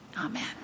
Amen